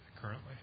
currently